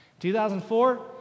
2004